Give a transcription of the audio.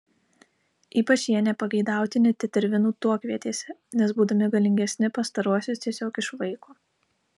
ypač jie nepageidautini tetervinų tuokvietėse nes būdami galingesni pastaruosius tiesiog išvaiko